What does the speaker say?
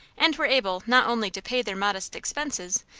and were able not only to pay their modest expenses,